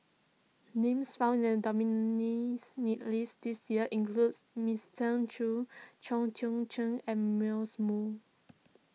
names found in the list this year includes Choos Chong Chien and Moo